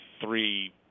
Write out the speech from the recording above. three